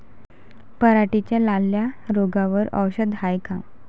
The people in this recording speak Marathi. पराटीच्या लाल्या रोगावर औषध हाये का?